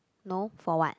no for what